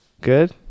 Good